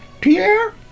Pierre